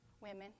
women